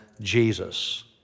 Jesus